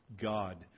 God